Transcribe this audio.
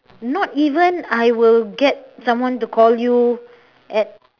not even I will get someone to call you at